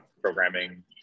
programming